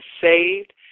saved